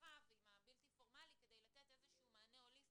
הרווחה ועם הבלתי-פורמלי כדי לתת מענה הוליסטי.